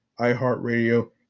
iHeartRadio